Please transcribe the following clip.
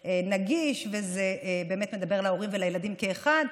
נגיש וזה באמת מדבר אל ההורים ואל הילדים כאחד.